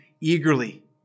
eagerly